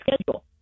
schedule